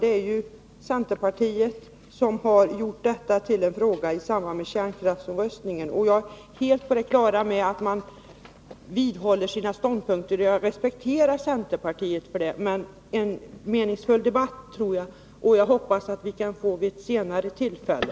Det var centerpartiet som gjorde uranbrytningen till en fråga i samband med kärnkraftsomröstningen. Jag är helt på det klara med att ni vidhåller era ståndpunkter, och jag respekterar centerpartiet för det. Jag hoppas att vi kan få en meningsfull debatt om brytning av metaller vid ett senare tillfälle.